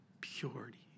purity